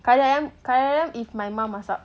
kari ayam kari ayam if my mom masak